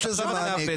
אז אתה מחליט?